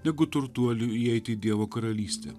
negu turtuoliui įeiti į dievo karalystę